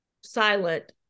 silent